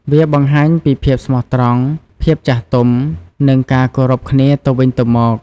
វាបង្ហាញពីភាពស្មោះត្រង់ ភាពចាស់ទុំ និងការគោរពគ្នាទៅវិញទៅមក។